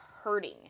hurting